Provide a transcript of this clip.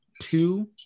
two